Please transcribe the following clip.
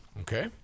Okay